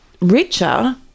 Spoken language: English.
richer